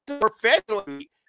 professionally